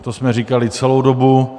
To jsme říkali celou dobu.